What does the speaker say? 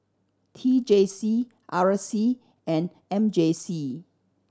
T J C R C and M J C